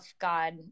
god